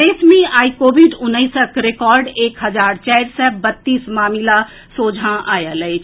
प्रदेश मे आइ कोविड उन्नैसक रिकॉर्ड एक हजार चारि सय बत्तीस मामिला सोझां आयल अछि